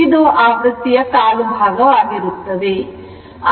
ಇದು ಆವೃತ್ತಿಯ ಕಾಲು ಭಾಗ ಆಗಿರುತ್ತದೆ